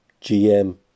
GM